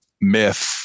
myth